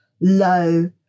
low